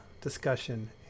discussion